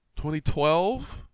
2012